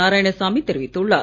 நாராயணசாமி தெரிவித்துள்ளார்